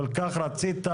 כל כך רצית,